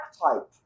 archetype